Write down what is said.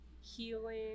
healing